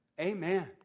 Amen